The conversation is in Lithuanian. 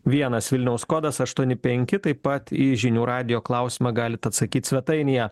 vienas vilniaus kodas aštuoni penki taip pat į žinių radijo klausimą galit atsakyt svetainėje